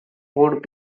would